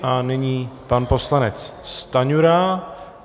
A nyní pan poslanec Stanjura.